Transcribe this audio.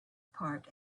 part